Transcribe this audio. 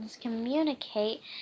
communicate